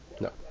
no